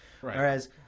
Whereas